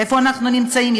איפה אנחנו נמצאים,